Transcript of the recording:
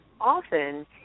often